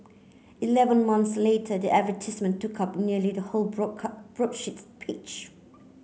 eleven months later the advertisement took up nearly the whole broadsheet page